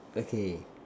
okay